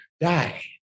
die